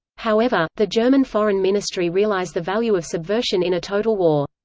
however, the german foreign ministry realize the value of subversion in a total war.